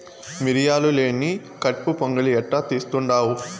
మిరియాలు లేని కట్పు పొంగలి ఎట్టా తీస్తుండావ్